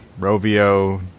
Rovio